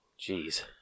Jeez